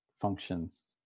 functions